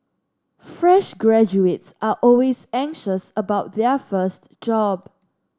fresh graduates are always anxious about their first job